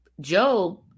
job